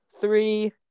three